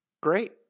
Great